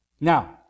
Now